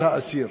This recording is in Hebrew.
על האסיר,